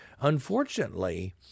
Unfortunately